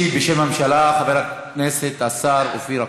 ישיב בשם הממשלה חבר הכנסת השר אופיר אקוניס.